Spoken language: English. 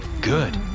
Good